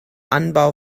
anbau